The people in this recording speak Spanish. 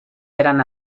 eran